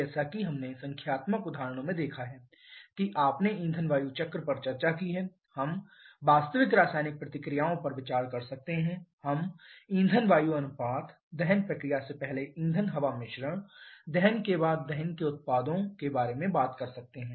जैसा कि हमने संख्यात्मक उदाहरणों में देखा है कि आपने ईंधन वायु चक्र पर चर्चा की है हम वास्तविक रासायनिक प्रतिक्रियाओं पर विचार कर सकते हैं हम ईंधन वायु अनुपात दहन प्रक्रिया से पहले ईंधन हवा मिश्रण दहन के बाद दहन के उत्पादों के बारे में बात कर सकते हैं